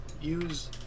use